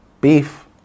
Beef